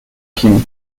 kim